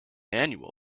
annual